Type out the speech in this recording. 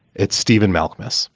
it's stephen malkmus